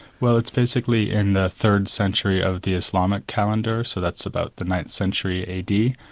well it's basically in the third century of the islamic calendar, so that's about the ninth century a. d,